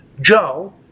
Joe